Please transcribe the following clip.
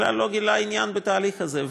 בכלל לא גילה עניין בתהליך הזה,